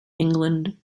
england